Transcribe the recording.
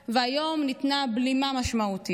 היום ניתנה בלימה משמעותית,